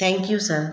thank you sir